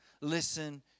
listen